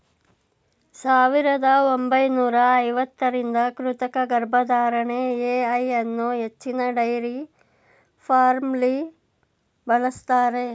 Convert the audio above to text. ಸಾವಿರದ ಒಂಬೈನೂರ ಐವತ್ತರಿಂದ ಕೃತಕ ಗರ್ಭಧಾರಣೆ ಎ.ಐ ಅನ್ನೂ ಹೆಚ್ಚಿನ ಡೈರಿ ಫಾರ್ಮ್ಲಿ ಬಳಸ್ತಾರೆ